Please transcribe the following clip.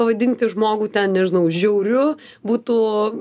pavadinti žmogų ten nežinau žiauriu būtų